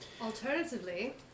Alternatively